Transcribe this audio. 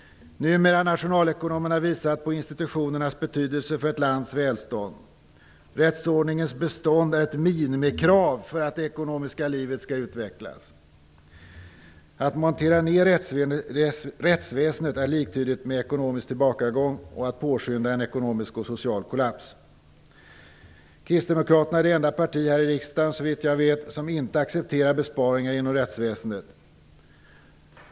Numera har nationalekonomerna visat på institutionernas betydelse för ett lands välstånd. Rättsordningens bestånd är ett minimikrav för att det ekonomiska livet skall utvecklas. Att montera ner rättsväsendet är liktydigt med ekonomisk tillbakagång och med att påskynda en ekonomisk och social kollaps. Kristdemokraterna är det enda partiet här i riksdagen såvitt jag vet som inte accepterar besparingar inom rättsväsendet.